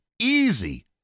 Easy